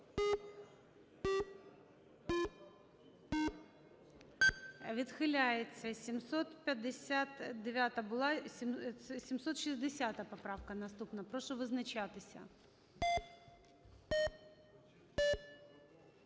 Відхиляється. 759 була, 760 поправка наступна. Прошу визначатися.